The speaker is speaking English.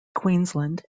queensland